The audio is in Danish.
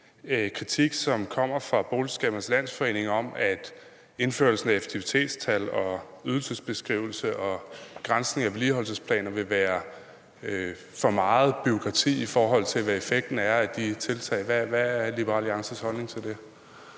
Hvad er Liberal Alliances holdning til det?